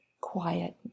quiet